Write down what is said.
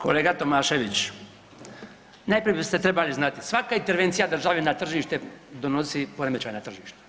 Kolega Tomašević, najprije biste trebali znati svaka intervencija države na tržište donosi poremećaj na tržištu.